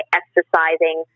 exercising